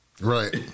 right